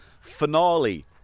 finale